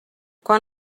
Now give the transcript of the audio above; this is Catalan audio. quan